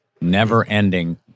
never-ending